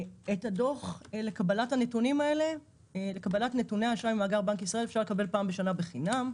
את הדוח לקבלת נתוני האשראי ממאגר בנק ישראל אפשר לקבל פעם בשנה בחינם.